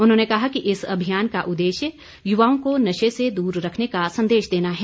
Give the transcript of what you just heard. उन्होंने कहा कि इस अभियान का उद्देश्य युवाओं को नशे से दूर रखने का संदेश देना है